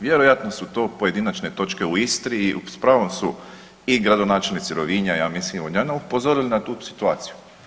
Vjerojatno su to pojedinačne točke u Istri i s pravom su i gradonačelnici Rovinja ja mislim i Vodnjana upozorili na tu situaciju.